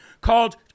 called